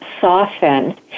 soften